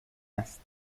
است